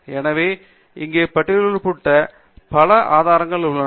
மேலும் நான் இங்கே பட்டியலிட்டுள்ள பல இணைய ஆதாரங்கள் உள்ளன